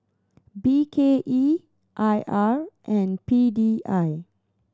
B K E I R and P D I